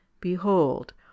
Behold